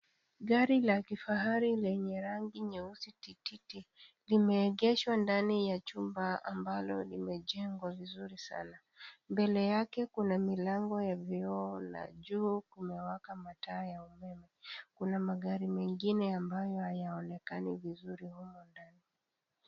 Gari la kifahari lenye rangi nyeusi tititi limeegeshwa ndani ya chumba ambalo limechengwa vizuri sana, mbele yake kuna milango ya vioo na juu kumewaka mataa ya umeme, kuna magari mengine ambayo hayaonekani vizuri humo ndani.